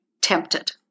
tempted